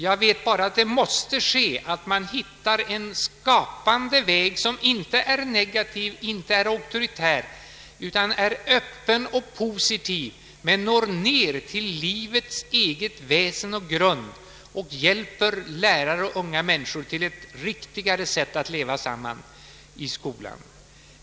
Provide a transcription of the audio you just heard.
Jag vet bara att man måste finna en skapande väg, som inte är negativ, som inte är auktoritär, utan en öppen och positiv väg som når ner till livets eget väsen och egen grund och hjälper lärare och unga människor till ett riktigare sätt att leva samman i skolan.